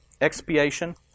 expiation